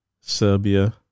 Serbia